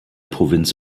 provinz